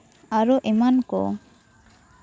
ᱟᱨᱚ ᱮᱢᱟᱱ ᱠᱚ